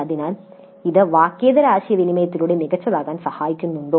അതിനാൽ ഇത് വാക്കേതര ആശയവിനിമയത്തിലൂടെ മികച്ചതാകാൻ സഹായിക്കുന്നുണ്ടോ